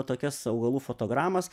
tokias augalų fotogramas